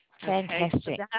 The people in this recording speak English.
fantastic